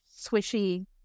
swishy